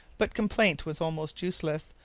but complaint was almost useless,